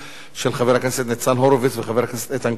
של חבר הכנסת ניצן הורוביץ וחבר הכנסת איתן כבל.